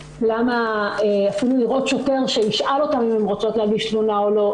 למה אפילו לראות שוטר שישאל אותן אם הן רוצות להגיש תלונה או לא,